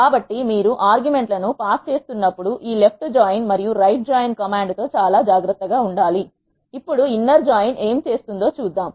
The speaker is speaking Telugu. కాబట్టి మీరు ఆర్గుమెంట్ లను పాస్ చేస్తున్నప్పుడు ఈ లెప్ట్ జాయిన్ మరియు రైట్ జాయిన్ కమాండ్ తో జాగ్రత్తగా ఉండాలి ఇప్పుడు ఇన్నర్ జాయిన్ ఏమి చేస్తుందో చూద్దాం